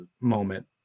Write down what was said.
moment